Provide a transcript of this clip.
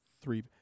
three